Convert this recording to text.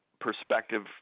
perspective